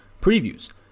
previews